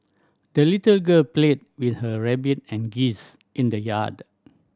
the little girl played with her rabbit and geese in the yard